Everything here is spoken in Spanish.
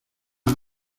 una